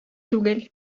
түгел